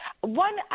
One